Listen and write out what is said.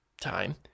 time